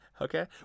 Okay